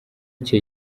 cye